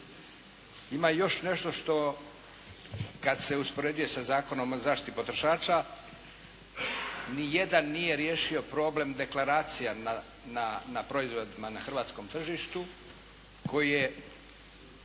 Ima još nešto što kad se uspoređuje sa Zakonom o zaštiti potrošača, ni jedan nije riješio problem deklaracija na proizvodima na hrvatskom tržištu koji je